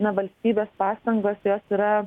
na valstybės pastangos jos yra